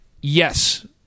yes